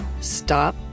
Stop